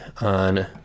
on